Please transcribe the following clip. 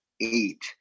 eight